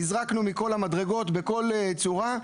נזרקנו מכל המדרגות בכל צורה.